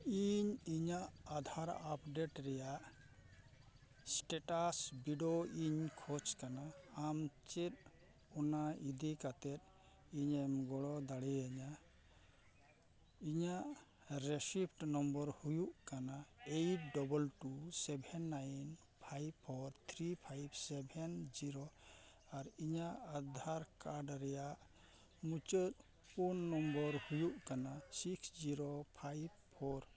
ᱤᱧ ᱤᱧᱟᱹᱜ ᱟᱫᱷᱟᱨ ᱟᱯᱰᱮᱴ ᱨᱮᱱᱟᱜ ᱥᱴᱮᱴᱟᱥ ᱵᱤᱰᱟᱹᱣᱤᱧ ᱠᱷᱚᱡᱽ ᱠᱟᱱᱟ ᱟᱢᱪᱮᱫ ᱚᱱᱟ ᱤᱫᱤ ᱠᱟᱛᱮᱫ ᱤᱧᱮᱢ ᱜᱚᱲᱚ ᱫᱟᱲᱮᱭᱟᱹᱧᱟᱹ ᱤᱧᱟᱹᱜ ᱨᱤᱥᱤᱯᱴ ᱱᱟᱢᱵᱟᱨ ᱦᱩᱭᱩᱜ ᱠᱟᱱᱟ eight double two seven nine five four three five seven zero ᱟᱨ ᱤᱧᱟᱹᱜ ᱟᱫᱷᱟᱨ ᱠᱟᱨᱰ ᱨᱮᱱᱟᱜ ᱢᱩᱪᱟᱹᱫ ᱯᱩᱱ ᱱᱟᱢᱵᱟᱨ ᱦᱩᱭᱩᱜ ᱠᱟᱱᱟ ᱥᱤᱠᱥ ᱡᱤᱨᱳ ᱯᱷᱟᱭᱤᱵᱽ ᱯᱷᱳᱨ